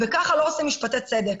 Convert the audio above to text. כך לא עושים משפטי צדק.